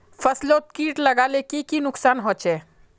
फसलोत किट लगाले की की नुकसान होचए?